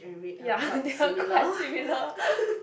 ya they are quite similar